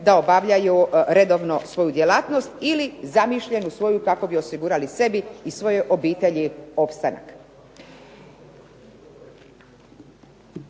da obavljaju redovno svoju djelatnost ili zamišljenu svoju kako bi osigurali sebi i svojoj obitelji opstanak.